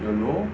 ya lor